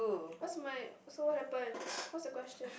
what's my so what happen what's the question